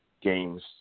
games